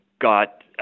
got